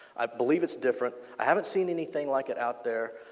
i believe it's different. i haven't seen anything like it out there.